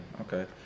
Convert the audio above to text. Okay